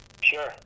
Sure